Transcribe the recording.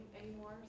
anymore